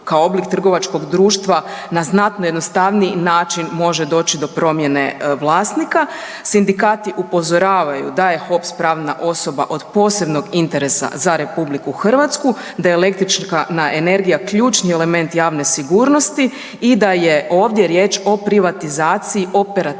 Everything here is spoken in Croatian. kao oblik trgovačkog društva na znatno jednostavniji način može doći do promjene vlasnika. Sindikati upozoravaju da je HOPS pravna osoba od posebnog interesa za RH, da je električna energija ključni element javne sigurnosti i da je ovdje riječ o privatizaciji operatera